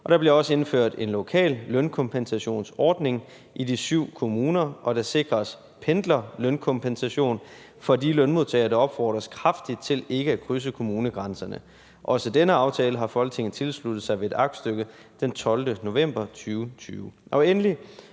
der bliver også indført en lokal lønkompensationsordning i de syv kommuner, og der sikres pendlerlønkompensation for de lønmodtagere, der opfordres kraftigt til ikke at krydse kommunegrænserne. Også denne aftale har Folketinget tilsluttet sig ved et aktstykke den 12. november 2020.